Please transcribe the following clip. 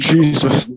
Jesus